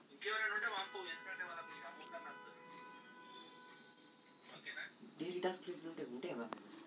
దరఖాస్తు చేసుకోవడానికి బ్యాంక్ కు రావాలా లేక ఏ.టి.ఎమ్ కు వెళ్లి చేసుకోవచ్చా?